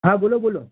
હા બોલો બોલો